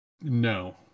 No